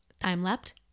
Time-leapt